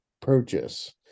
purchase